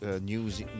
news